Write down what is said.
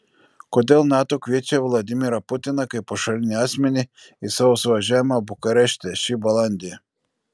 kodėl nato kviečia vladimirą putiną kaip pašalinį asmenį į savo suvažiavimą bukarešte šį balandį